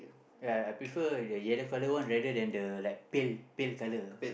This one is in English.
ya I prefer the yellow colour one rather than the pale pale colour